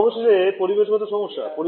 এবং অবশেষে পরিবেশগত সমস্যা